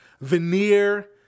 veneer